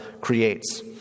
creates